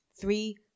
three